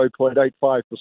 0.85%